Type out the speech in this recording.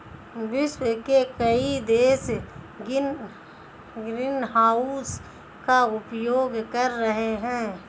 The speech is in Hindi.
विश्व के कई देश ग्रीनहाउस का उपयोग कर रहे हैं